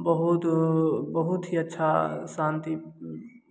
बहुत बहुत ही अच्छा शांति